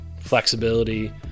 flexibility